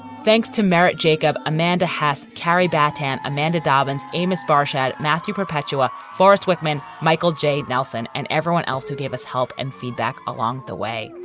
thanks to merritt jacob, amanda hass, carrie bataan, amanda dobbins, amos farshad, matthew, perpetua, forrest wickman, michael j. nelson and everyone else who gave us help and feedback along the way.